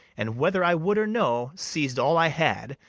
and whether i would or no, seiz'd all i had,